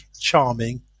charming